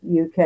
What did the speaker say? UK